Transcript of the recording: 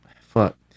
fuck